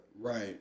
right